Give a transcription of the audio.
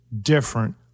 different